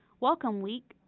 welcome week,